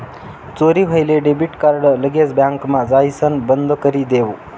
चोरी व्हयेल debit card लगेच बँकमा जाइसण बंदकरी देवो